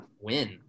win